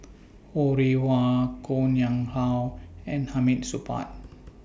Ho Rih Hwa Koh Nguang How and Hamid Supaat